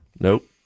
Nope